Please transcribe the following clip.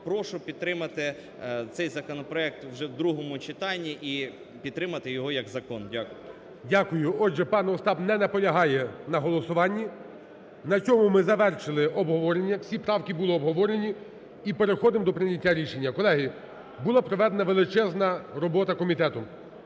прошу підтримати цей законопроект вже в другому читанні і підтримати його як закон. Дякую. ГОЛОВУЮЧИЙ. Дякую. Отже, пан Остап не наполягає на голосуванні. На цьому ми завершили обговорення. Всі правки були обговорені. І переходимо до прийняття рішення. Колеги, була проведена величезна робота комітетом.